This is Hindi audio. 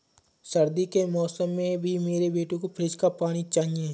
सर्दी के मौसम में भी मेरे बेटे को फ्रिज का पानी चाहिए